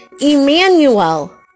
Emmanuel